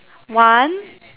one